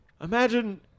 imagine